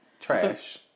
Trash